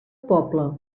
poble